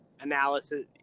analysis